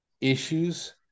issues